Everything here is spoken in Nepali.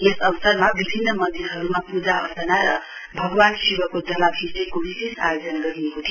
यस अवसरमा विभिन्न मन्दिरहरूमा पूजा अर्चना र भगवान् शिवको जलाभिषेकको विशेष आयोजना गरिएको थियो